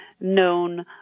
known